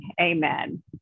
amen